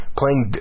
playing